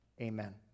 Amen